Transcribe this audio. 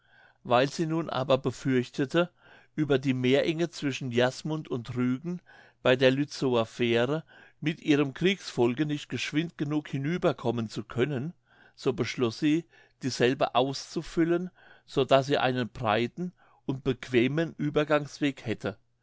weil sie nun aber befürchtete über die meerenge zwischen jasmund und rügen bei der lietzower fähre mit ihrem kriegsvolke nicht geschwind genug hinüber kommen zu können so beschloß sie dieselbe auszufüllen so daß sie einen breiten und bequemen uebergangsweg hätte